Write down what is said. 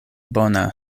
bona